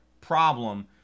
problem